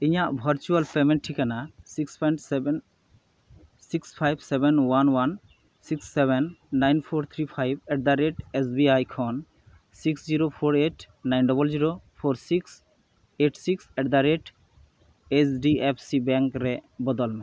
ᱤᱧᱟᱹᱜ virtual payment ᱴᱷᱤᱠᱟᱱᱟ six point seven six five seven one one six seven nine four three five at the rate S B I ᱠᱷᱟᱱ six zero four eight nine double zero four six eight six at the rate H D F C ᱵᱮᱱᱝᱠᱨᱮ ᱵᱚᱫᱚᱞ ᱢᱮ